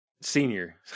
Senior